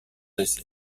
décès